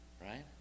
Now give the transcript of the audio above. Right